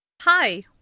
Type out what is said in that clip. Hi